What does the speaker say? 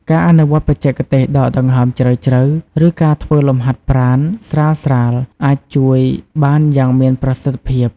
ការអនុវត្តបច្ចេកទេសដកដង្ហើមជ្រៅៗ ឬការធ្វើលំហាត់ប្រាណស្រាលៗអាចជួយបានយ៉ាងមានប្រសិទ្ធភាព។